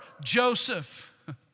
Joseph